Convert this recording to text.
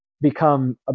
become